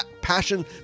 passion